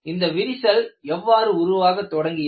இந்த விரிசல் எவ்வாறு உருவாகத் தொடங்கியது